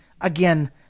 Again